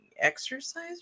exercise